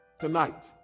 Tonight